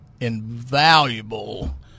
invaluable